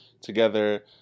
together